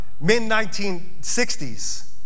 mid-1960s